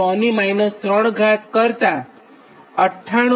39100 3 કરતાં 98